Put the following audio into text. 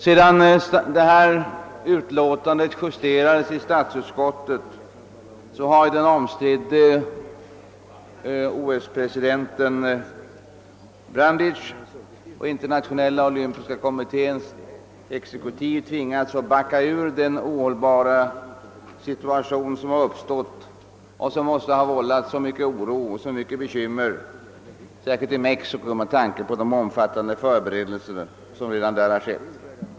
Sedan förevarande utlåtande justerades i statsutskottet har ju den omstridde OS-presidenten Brundage och Internationella olympiska kommitténs exekutiv tvingats backa ur den ohållbara situation, som uppstått och som måste ha vållat så mycket oro och bekymmer, särskilt i Mexico med tanke på de omfattande förberedelser som där redan har skett.